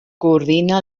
coordina